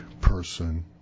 person